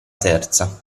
terza